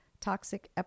toxic